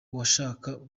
uwashaka